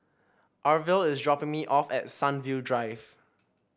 Arvil is dropping me off at Sunview Drive